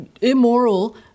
immoral